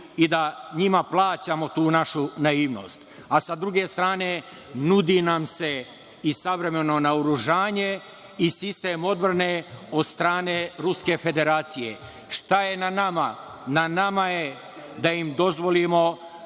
i da njima plaćamo tu našu naivnost? A sa druge strane, nudi nam se i savremeno naoružanje, i sistem odbrane od strane Ruske Federacije. Šta je na nama? Na nama je da im dozvolimo